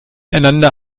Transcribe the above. einander